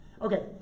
Okay